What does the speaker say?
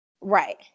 Right